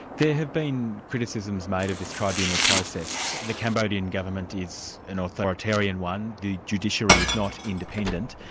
there have been criticisms made of this tribunal process. the cambodian government is an authoritarian one, the judiciary is not independent,